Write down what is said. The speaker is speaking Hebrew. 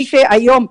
היום,